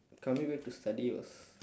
coming here to study was